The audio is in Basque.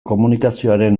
komunikazioaren